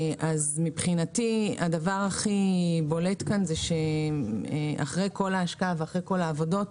מבחינתי הדבר הכי בולט כאן זה שאחרי כל ההשקעה ואחרי כל העבודות,